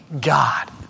God